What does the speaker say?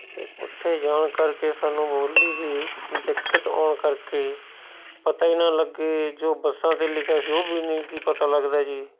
ਅਤੇ ਉੱਥੇ ਜਾਣ ਕਰਕੇ ਸਾਨੂੰ ਬੋਲੀ ਦੀ ਦਿੱਕਤ ਆਉਣ ਕਰਕੇ ਪਤਾ ਹੀ ਨਾ ਲੱਗੇ ਜੋ ਬੱਸਾਂ 'ਤੇ ਲਿਖਿਆ ਸੀ ਉਹ ਵੀ ਨਹੀਂ ਸੀ ਪਤਾ ਲੱਗਦਾ ਜੀ